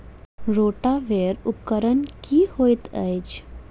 Rotavator उपकरण की हएत अछि?